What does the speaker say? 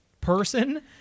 person